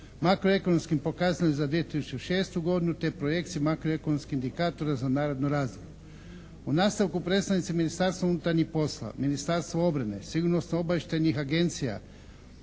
makro ekonomskim pokazateljima za 2006. godinu te projekciju makro ekonomskih indikatora za naredno razdoblje. U nastavku predstavnici Ministarstva unutarnjih poslova, Ministarstvo obrane, Sigurnosno obavještajnih agencija,